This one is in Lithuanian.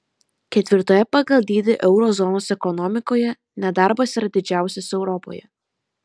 ketvirtoje pagal dydį euro zonos ekonomikoje nedarbas yra didžiausias europoje